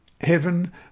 Heaven